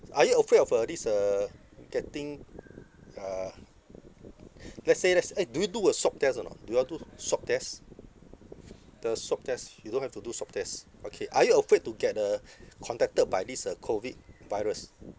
are you afraid of uh this uh getting uh let's say there's eh do you do a swab test or not do you all do swab test the swab test you don't have to do swab test okay are you afraid to get the contacted by this uh COVID virus